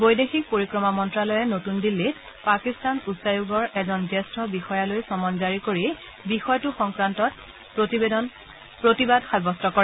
বৈদেশিক পৰিক্ৰমা মন্তালয়ে নতুন দিল্লীত পাকিস্তান উচ্চায়োগৰ এজন জ্যেষ্ঠ বিষয়ালৈ চমন জাৰি কৰি বিষয়টো সংক্ৰান্তত প্ৰতিবাদন সাব্যস্ত কৰে